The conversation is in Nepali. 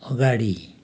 अगाडि